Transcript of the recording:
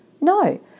No